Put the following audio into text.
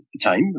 time